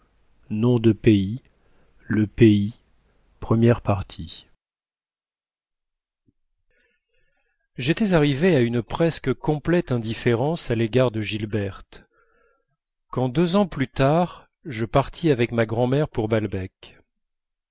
j'étais arrivé à une presque complète indifférence à l'égard de gilberte quand deux ans plus tard je partis avec ma grand'mère pour balbec